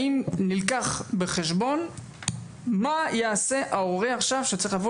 האם נלקח בחשבון מה יעשה ההורה עכשיו שצריך לבוא